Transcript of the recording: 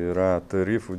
yra tarifų